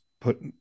put